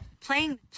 Playing